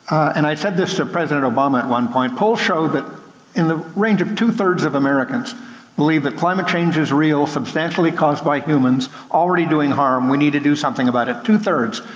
and i said this to president obama at one point, polls show that in the range of two-thirds of americans believe that climate change is real, substantially caused by humans, already doing harm, we need to do something about it. two-thirds.